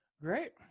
Great